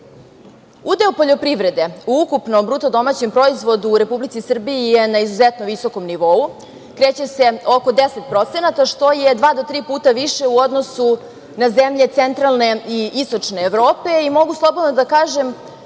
Udeo poljoprivrede u ukupnom bruto domaćem proizvodu u Republici Srbiji je na izuzetno visokom nivou. Kreće se oko 10%, što je dva do tri puta više u odnosu na zemlje centralne i istočne Evrope. Mogu slobodno da kažem